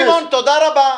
שמעון, תודה רבה.